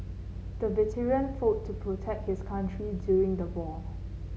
the veteran fought to protect his country during the war